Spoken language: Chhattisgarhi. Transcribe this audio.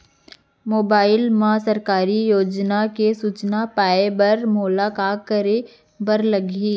मोबाइल मा सरकारी योजना के सूचना पाए बर मोला का करे बर लागही